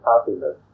happiness